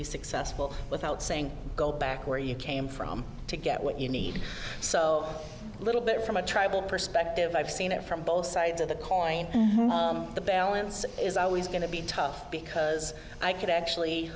be successful without saying go back where you came from to get what you need so little bit from a tribal perspective i've seen it from both sides of the calling the balance is always going to be tough because i could